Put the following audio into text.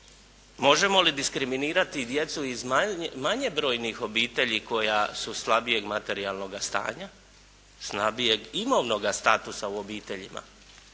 možemo li diskriminirati djecu iz manje brojnih obitelji koja su slabije materijalnog stanja, slabijeg imovnoga statusa u obiteljima